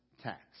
tax